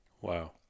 Wow